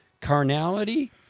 carnality